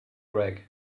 greg